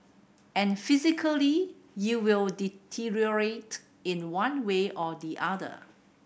and physically you will deteriorate in one way or the other